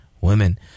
women